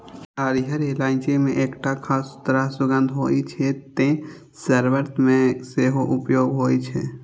हरियर इलायची मे एकटा खास तरह सुगंध होइ छै, तें शर्बत मे सेहो उपयोग होइ छै